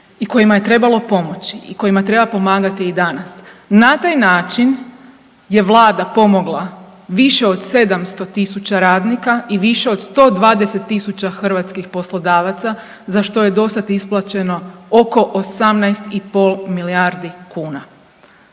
i kojima je trebalo pomoći i kojima treba pomagati i danas. Na taj način je vlada pomogla više od 700.000 radnika i više od 120.000 hrvatskih poslodavaca za što je dosada isplaćeno oko 18,5 milijardi kuna.